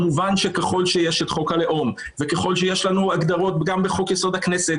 כמובן שככל שיש את חוק הלאום וככל שיש לנו הגדרות גם בחוק יסוד: הכנסת